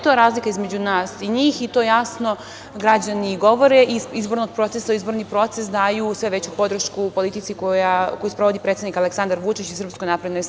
To je razlika između nas i njih, i to jasno građani govore, iz izbornog procesa u izborni proces daju sve veću podršku politici koju sprovodi predsednik Aleksandar Vučić i SNS.